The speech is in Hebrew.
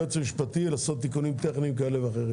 מתירים ליועץ המשפטי לעשות תיקונים טכניים כאלה ואחרים